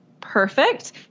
perfect